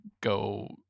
go